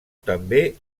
també